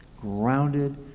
grounded